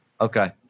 Okay